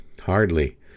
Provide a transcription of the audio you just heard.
Hardly